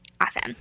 awesome